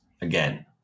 again